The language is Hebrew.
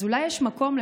אז אולי יש מקום,